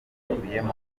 ikubiyemo